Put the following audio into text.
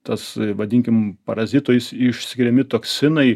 tas vadinkim parazitais išskiriami toksinai